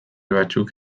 batzuk